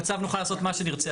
בצו נוכל לעשות מה שנרצה.